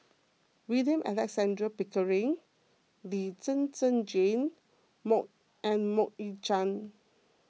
William Alexander Pickering Lee Zhen Zhen Jane mok and Mok Ying Jang